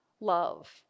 love